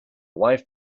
wife